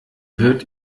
wird